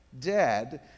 dead